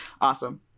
Awesome